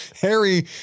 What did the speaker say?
Harry